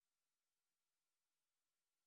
ההסכם הוא לפי סעיף 9 לחוק הביטוח